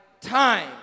time